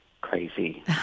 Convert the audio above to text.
crazy